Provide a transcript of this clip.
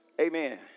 Amen